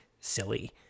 silly